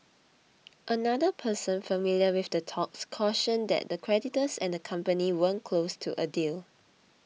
another person familiar with the talks cautioned that the creditors and the company weren't close to a deal